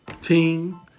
team